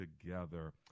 together